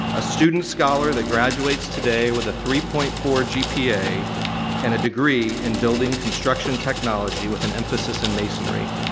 a student scholar that graduates today with a three point four gpa and a degree in building construction technology with an emphasis in masonry.